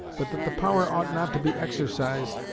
but that the power ought not to be exercised,